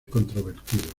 controvertido